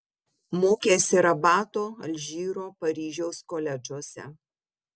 mokėsi rabato alžyro paryžiaus koledžuose